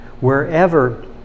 wherever